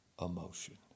emotion